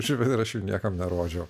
žiūrėti ir aš niekam nerodžiau